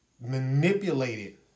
manipulated